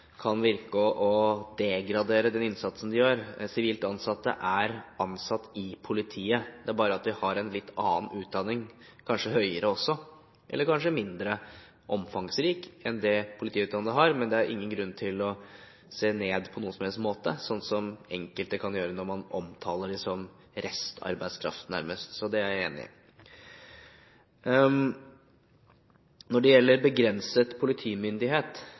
er ansatt i politiet, de har bare en litt annen utdanning – kanskje også høyere, eller mindre omfangsrik enn det politiutdannede har – men det er ingen grunn til å se ned på dem på noen som helst måte, sånn som enkelte kan gjøre når man omtaler dem nærmest som restarbeidskraft – så det er jeg enig i. Når det gjelder begrenset politimyndighet,